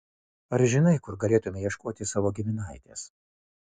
ar žinai kur galėtumei ieškoti savo giminaitės